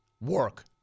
work